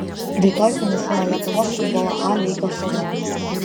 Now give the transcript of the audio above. rytoj finišuoja lietuvos futbolo a lygos sezonas